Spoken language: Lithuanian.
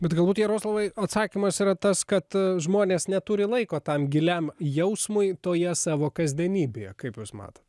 bet galbūt jaroslavai atsakymas yra tas kad žmonės neturi laiko tam giliam jausmui toje savo kasdienybėje kaip jūs matot